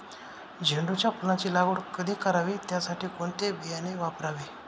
झेंडूच्या फुलांची लागवड कधी करावी? त्यासाठी कोणते बियाणे वापरावे?